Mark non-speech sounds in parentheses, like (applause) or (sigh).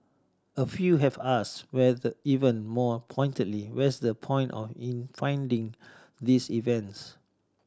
a few have asked (unintelligible) even more pointedly what's the point in funding these events